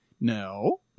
No